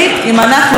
ועל כן,